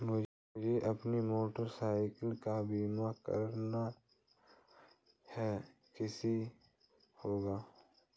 मुझे अपनी motorcycle का बीमा करना है कैसे होगा?